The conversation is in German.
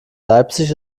leipzig